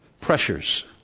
Pressures